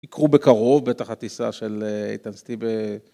יקרו בקרוב בתחת טיסה של איתנסטי ב...